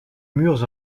murs